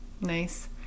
nice